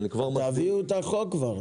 תביאו את החוק כבר.